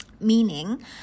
Meaning